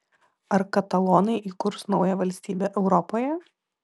ar katalonai įkurs naują valstybę europoje